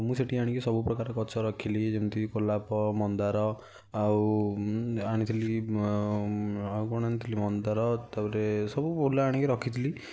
ମୁଁ ସେଠି ଆଣିକି ସବୁ ପ୍ରକାର ଗଛ ରଖିଲି ଯେମିତି ଗୋଲାପ ମନ୍ଦାର ଆଉ ଆଣିଥିଲି ଆଉ କ'ଣ ଆଣିଥିଲି ମନ୍ଦାର ତା'ପରେ ସବୁ ଫୁଲ ଆଣିକି ରଖିଥିଲି